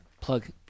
Plug